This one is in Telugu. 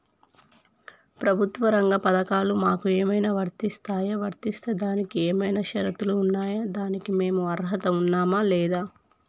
ప్రభుత్వ రంగ పథకాలు మాకు ఏమైనా వర్తిస్తాయా? వర్తిస్తే దానికి ఏమైనా షరతులు ఉన్నాయా? దానికి మేము అర్హత ఉన్నామా లేదా?